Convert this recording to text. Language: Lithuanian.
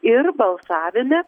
ir balsavime